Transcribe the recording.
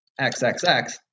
xxx